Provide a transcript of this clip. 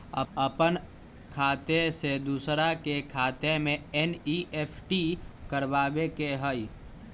अपन खाते से दूसरा के खाता में एन.ई.एफ.टी करवावे के हई?